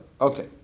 Okay